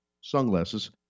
sunglasses